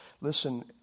listen